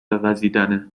وزیدنه